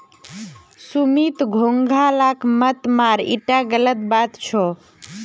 सुमित घोंघा लाक मत मार ईटा गलत बात छ